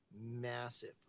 massive